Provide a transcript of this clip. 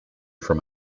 from